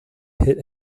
hit